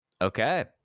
Okay